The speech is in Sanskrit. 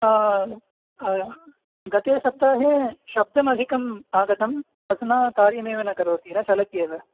गतसप्ताहे शब्दमधिकं आगतं अधुना कार्यमेव न करोति न चलति एव